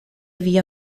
via